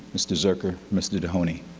mr. zuercher, mr. dohoney,